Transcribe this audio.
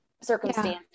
circumstance